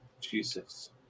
Jesus